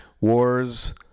Wars